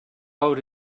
out